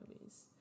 movies